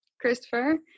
Christopher